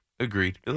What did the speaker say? Agreed